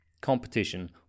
competition